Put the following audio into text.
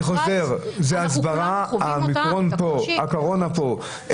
אני חוזר, זה הסברה שהאומיקרון פה, הקורונה פה.